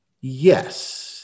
Yes